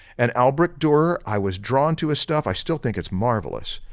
and albrecht durer, i was drawn to his stuff, i still think it's marvelous.